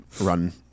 run